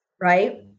right